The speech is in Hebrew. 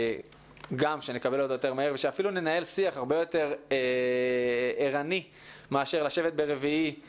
גם שנקבל אותו יותר מהר ושאפילו ננהל שיח הרבה יותר ערני מאשר לשבת ביום